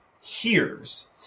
hears